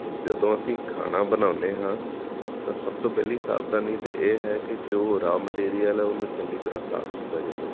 ਜਦੋਂ ਅਸੀਂ ਖਾਣਾ ਬਣਾਉਂਦੇ ਹਾਂ ਤਾਂ ਸਭ ਤੋਂ ਪਹਿਲੀ ਸਾਵਧਾਨੀ ਤਾਂ ਇਹ ਹੈ ਕਿ ਜੋ ਰਾਅ ਮਟੀਰੀਅਲ ਹੈ ਉਹਨੂੰ ਚੰਗੀ ਤਰ੍ਹਾਂ ਸਾਫ ਕੀਤਾ ਜਾਵੇ